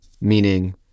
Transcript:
meaning